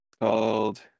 called